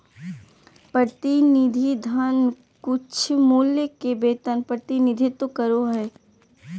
प्रतिनिधि धन कुछमूल्य के वेतन प्रतिनिधित्व करो हइ